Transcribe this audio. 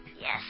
Yes